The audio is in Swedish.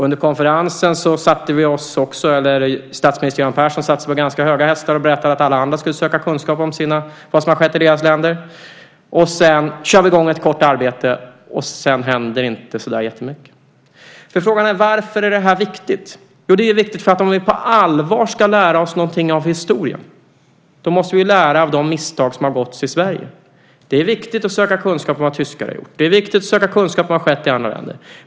Under konferensen satte sig statsminister Göran Persson på ganska höga hästar och berättade att alla andra skulle söka kunskap om vad som har skett i deras länder. Sedan kör vi i gång ett kort arbete, och sedan händer inte så där jättemycket. Varför är det här viktigt? Jo, det är viktigt för att om vi på allvar ska lära oss någonting av historien måste vi lära av de misstag som har begåtts i Sverige. Det är viktigt att söka kunskap om vad tyskar har gjort. Det är viktigt att söka kunskap om vad som har skett i andra länder.